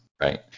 Right